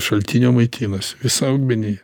šaltinio maitinasi visa augmenija